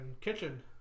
Kitchen